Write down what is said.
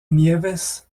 niévès